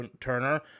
turner